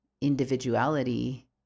individuality